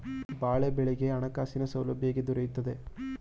ಬಾಳೆ ಬೆಳೆಗೆ ಹಣಕಾಸಿನ ಸೌಲಭ್ಯ ಹೇಗೆ ದೊರೆಯುತ್ತದೆ?